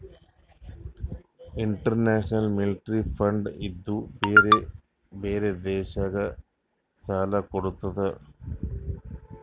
international Monetary Fund ಇದೂ ಬ್ಯಾರೆ ಬ್ಯಾರೆ ದೇಶಕ್ ಸಾಲಾ ಕೊಡ್ತುದ್